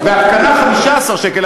והתקנה 15 שקל.